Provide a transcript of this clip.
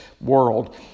world